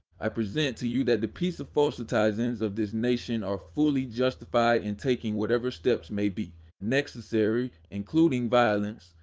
i present to you that the peacefulcitizens of this nation are fully justified in taking whatever steps may be neccessary, including violence,